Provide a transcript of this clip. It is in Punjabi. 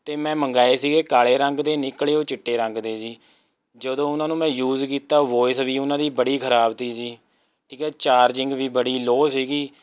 ਅਤੇ ਮੈਂ ਮੰਗਵਾਏ ਸੀਗੇ ਕਾਲੇ ਰੰਗ ਦੇ ਨਿਕਲ਼ੇ ਉਹ ਚਿੱਟੇ ਰੰਗ ਦੇ ਜੀ ਜਦੋਂ ਉਹਨਾਂ ਨੂੰ ਮੈਂ ਯੂਜ਼ ਕੀਤਾ ਵੋਇਸ ਵੀ ਉਹਨਾਂ ਦੀ ਬੜੀ ਖਰਾਬ ਤੀ ਜੀ ਠੀਕ ਹੈ ਚਾਰਜਿੰਗ ਵੀ ਬੜੀ ਲੌ ਸੀਗੀ